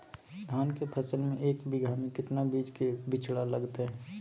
धान के फसल में एक बीघा में कितना बीज के बिचड़ा लगतय?